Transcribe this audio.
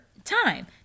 Time